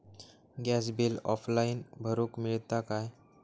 Gas bill online भरुक मिळता काय?